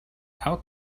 out